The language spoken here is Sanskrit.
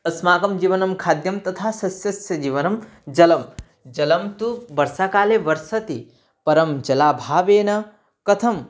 अस्माकं जीवनं खाद्यं तथा सस्यस्य जीवनं जलं जलं तु वर्षाकाले वर्षति परं जलाभावेन कथम्